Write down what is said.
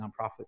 nonprofits